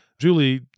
Julie